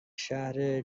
شهر